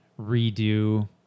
redo